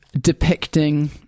depicting